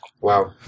Wow